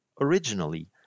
Originally